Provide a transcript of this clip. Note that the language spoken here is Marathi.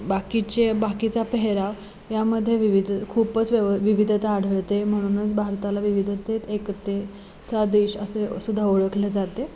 बाकीचे बाकीचा पेहेराव यामध्ये विविध खूपच व्यव विविधता आढळते म्हणूनच भारताला विविधतेत एकतेचा देश असे सुद्धा ओळखले जाते